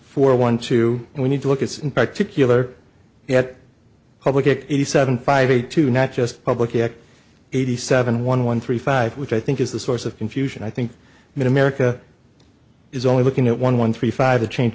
for one two and we need to look at it in particular yet public eighty seven five eight to not just public eighty seven one one three five which i think is the source of confusion i think in america is only looking at one one three five to change